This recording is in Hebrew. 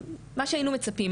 מה שהיינו מצפים,